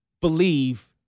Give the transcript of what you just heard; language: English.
believe